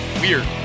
Weird